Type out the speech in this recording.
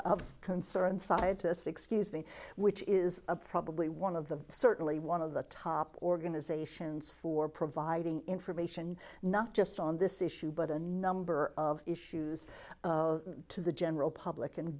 d concerned scientists excuse me which is probably one of the certainly one of the top organizations for providing information not just on this issue but a number of issues to the general public an